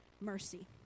mercy